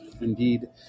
Indeed